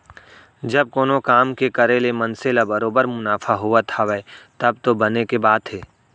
जब कोनो काम के करे ले मनसे ल बरोबर मुनाफा होवत हावय तब तो बने के बात हे